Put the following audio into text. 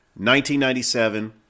1997